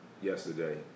Yesterday